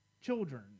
children